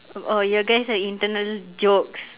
oh you guys are internal joke